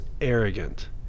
arrogant